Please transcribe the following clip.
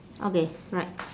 okay right